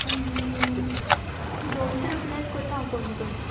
तुका दोनशीं रुपया लेस कोरता हांव कोन्न कोन्न